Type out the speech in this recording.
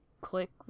click